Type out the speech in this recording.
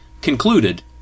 concluded